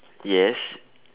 yes